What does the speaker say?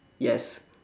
yes